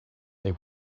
they